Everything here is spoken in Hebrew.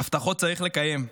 הבטחות צריך לקיים.